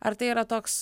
ar tai yra toks